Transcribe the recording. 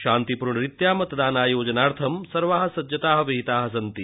शान्तिपूर्णरीत्या मतदानायोजनाथं सर्वाः सज्जताः विहिताः सन्ति